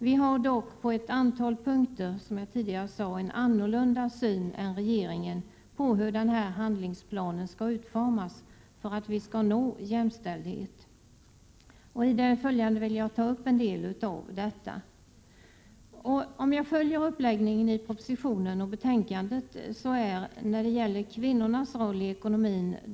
Vi har dock på ett antal punkter, som jag tidigare sade, en annan syn än regeringen på hur denna handlingsplan skall utformas för att jämställdhet skall nås. I det följande vill jag ta upp en del av detta. Om jag följer uppläggningen i propositionen och betänkandet skall jag börja med kvinnornas roll i ekonomin.